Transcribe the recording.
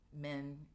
men